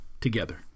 together